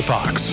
Fox